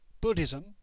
Buddhism